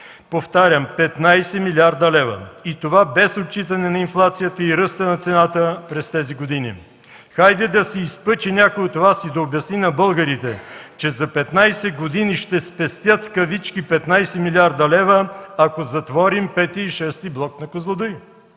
Повтарям: 15 милиарда лева! Това е без отчитане на инфлацията и ръста на цената през тези години. Хайде да се изпъчи някой от Вас и да обясни на българите, че за 15 години ще спестят 15 милиарда лева, ако затворим V и VІ блок на „Козлодуй”.